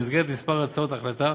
במסגרת כמה הצעות החלטה